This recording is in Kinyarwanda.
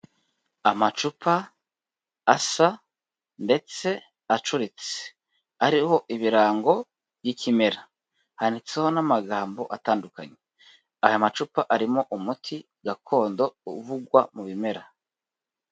Amacupa asa ndetse acuritse ariho ibirango by'ikimera, handitseho n'amagambo atandukanye. Aya macupa arimo umuti gakondo uvugwa mu bimera.